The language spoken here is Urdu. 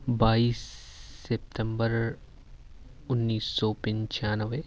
بائیس ستمبر انیس سو پنچانوے